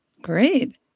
Great